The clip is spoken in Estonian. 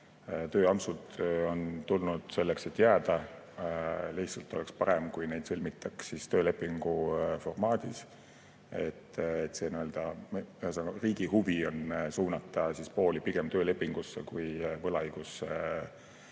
Tööampsud on tulnud selleks, et jääda. Lihtsalt oleks parem, kui neid sõlmitaks töölepingu formaadis. Ühesõnaga, riigi huvi on suunata pooli pigem töölepingut kui võlaõiguslepingut